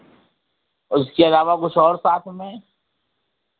उसके अलावा कुछ और साथ में